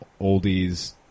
oldies